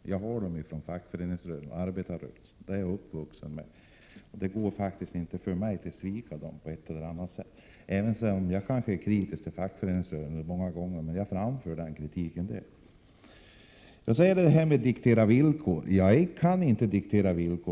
och jag har mina i arbetarrörelsen, där jag har vuxit upp. Jag kan inte på något sätt svika detta ursprung. Jag är visserligen många gånger kritisk mot fackföreningsrörelsen, men då framför jag också min kritik. Vad gäller möjligheterna att diktera villkor vill jag säga att jag inte kan göra detta.